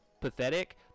pathetic